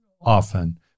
often